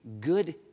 good